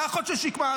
ואחות של שקמה,